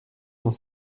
dans